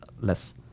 less